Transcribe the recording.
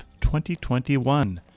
2021